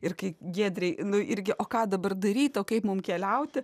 ir kai giedrei nu irgi o ką dabar daryt o kaip mum keliauti